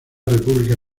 república